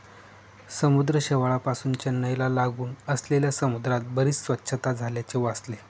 समुद्र शेवाळापासुन चेन्नईला लागून असलेल्या समुद्रात बरीच स्वच्छता झाल्याचे वाचले